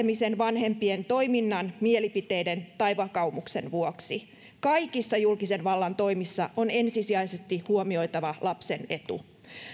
rankaisemisen vanhempien toiminnan mielipiteiden tai vakaumuksen vuoksi kaikissa julkisen vallan toimissa on ensisijaisesti huomioitava lapsen etu